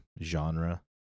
genre